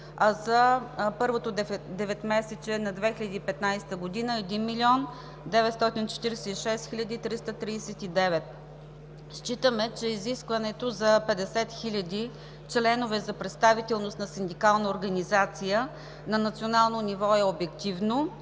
а за първото 9-месечие на 2015 г. – 1 млн. 946 хил. 339. Считаме, че изискването за 50 хил. членове за представителност на синдикална организация на национално ниво е обективно